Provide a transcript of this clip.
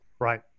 Right